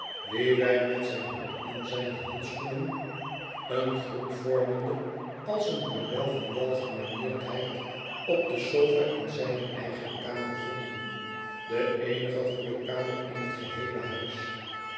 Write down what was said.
wien wij met zijn hoed en zijne handschoenen een groep vormende als een model van welgemanierdheid op de sofa in zijne eigene kamer vonden de eenige goede kamer in het geheele huis